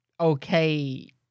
okay